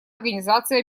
организации